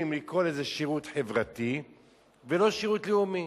לקרוא לזה שירות חברתי ולא שירות לאומי.